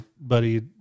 buddy